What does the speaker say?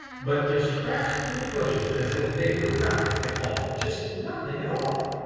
but just crashed through the bushes as if they were nothing at all, just nothing at all.